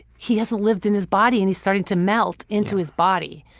he hasn't lived in his body and he's starting to melt into his body.